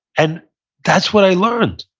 and that's what i learned,